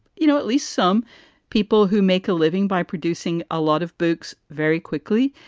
you know, at least some people who make a living by producing a lot of books very quickly,